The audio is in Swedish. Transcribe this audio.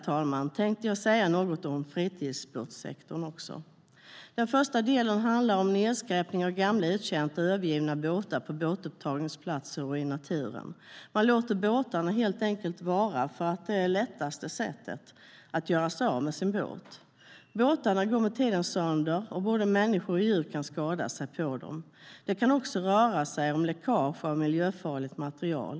Till sist tänkte jag säga något om fritidsbåtssektorn. Den första delen handlar om nedskräpning av gamla uttjänta och övergivna båtar på båtupptagningsplatser och i naturen. Man låter helt enkelt båtarna vara för att det är det lättaste sättet att göra sig av med sin båt. Båtarna går med tiden sönder, och både människor och djur kan skada sig på dem. Det kan också röra sig om läckage av miljöfarligt material.